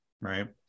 right